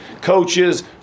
Coaches